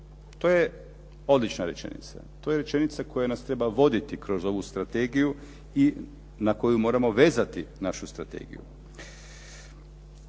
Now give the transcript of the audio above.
To je odlična rečenica. To je rečenica koja nas treba voditi kroz ovu strategiju i na koju moramo vezati našu strategiju.